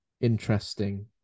interesting